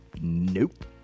Nope